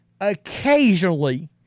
Occasionally